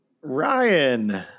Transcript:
Ryan